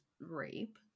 rape